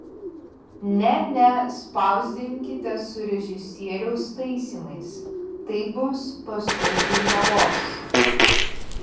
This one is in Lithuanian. ne ne spausdinkite su režisieriaus taisymais taip bus paskui painiavos